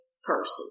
Person